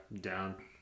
down